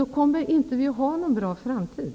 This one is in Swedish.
Då kommer vi inte att ha någon bra framtid.